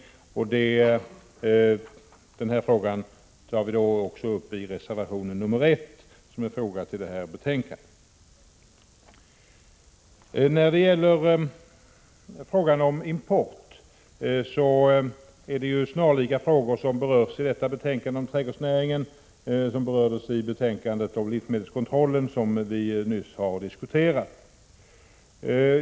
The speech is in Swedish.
Denna fråga tar vi också upp i reservation nr 1, som är fogad till betänkandet. När det gäller import är det snarlika frågor som berörs i detta betänkande om trädgårdsnäringen som de vilka berörs i betänkandet om livsmedelskontrollen, som vi nyss har diskuterat.